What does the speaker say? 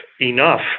enough